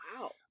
Wow